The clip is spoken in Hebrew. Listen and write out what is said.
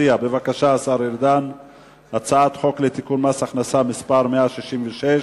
הלאומי (תיקון מס' 115)